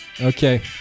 Okay